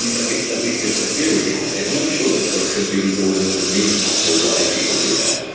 and at least at least it's a theory behind it. and i'm sure that there could be more than one reason as to why people do that.